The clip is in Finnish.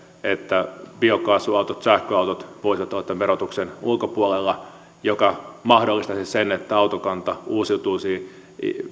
että biokaasuautot sähköautot voisivat olla tämän verotuksen ulkopuolella mikä mahdollistaisi sen että autokanta uusiutuisi